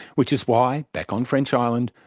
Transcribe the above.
which is why, back on french island,